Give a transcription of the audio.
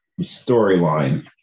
storyline